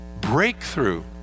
breakthrough